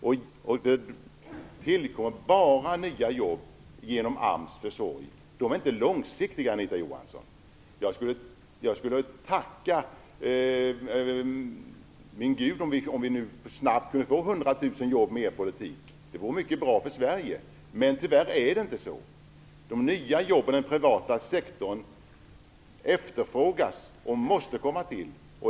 Nya jobb tillkommer bara genom AMS försorg. Men de är inte långsiktiga, Jag skulle tacka min Gud om vi snabbt kunde få 100 000 jobb med er politik. Det vore mycket bra för Sverige. Tyvärr är det inte så. Nya jobb inom den privata sektorn efterfrågas, och de måste komma till.